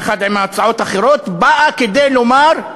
יחד עם ההצעות האחרות, באה כדי לומר: